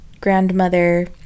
grandmother